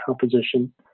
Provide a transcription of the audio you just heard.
composition